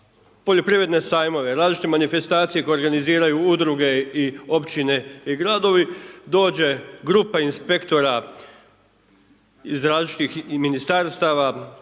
poljoprivredne sajmove, različite manifestacije koje organiziraju Udruge, i Općine, i Gradovi, dođe grupa inspektora iz različitih Ministarstava,